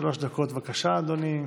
שלוש דקות, בבקשה, אדוני.